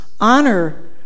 honor